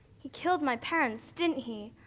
he killed my parents, didn't he?